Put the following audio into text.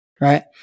right